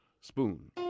Spoon